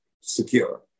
secure